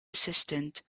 assistant